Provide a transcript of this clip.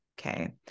Okay